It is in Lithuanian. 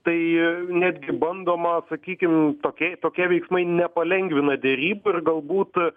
tai netgi bandoma sakykim tokie tokie veiksmai nepalengvina derybų ir galbūt